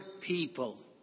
people